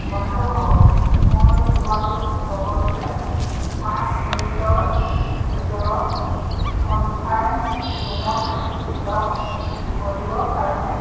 বন্ধুসকল মই তোমালোক সকলোকে পাঁচ মিনিটৰ ভিতৰত কনফাৰেন্স ৰুমত লগ কৰিব পাৰোনে